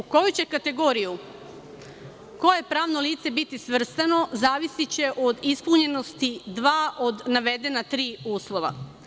U koju će kategoriju koje pravno lice biti svrstano, zavisiće od ispunjenosti dva od navedena tri uslova.